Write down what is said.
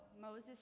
Moses